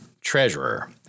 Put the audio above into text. treasurer